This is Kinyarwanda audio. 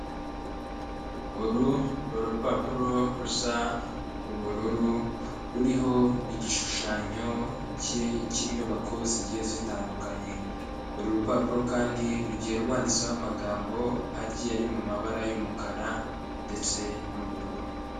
Uru ni urupapuro rusa ubururu, ruriho igishushanyo cy'inyubako zigiye zitandukanye. Uru rupapuro kandi rugiye rwanditseho amagambo agiye ari mu mabara y'umukara ndetse n'ubururu.